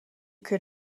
could